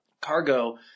Cargo